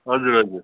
हजुर हजुर